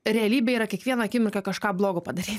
realybė yra kiekvieną akimirką kažką blogo padaryt